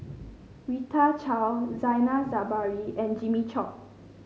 Rita Chao Zainal Sapari and Jimmy Chok